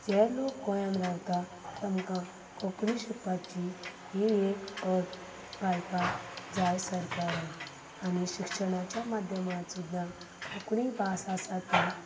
जे लोक गोंयांत रावतात तेमकां कोंकणी शिकपाची ही एक अट घालपाक जाय सरकारान आनी शिक्षणाच्या माध्यमांत सुद्दां कोंकणी भास आसा ती